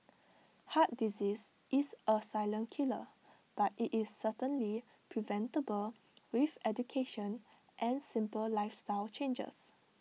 heart disease is A silent killer but IT is certainly preventable with education and simple lifestyle changes